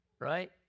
Right